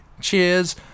Cheers